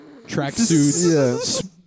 tracksuits